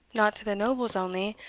not to the nobles only,